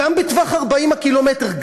גם בטווח 40 הקילומטר.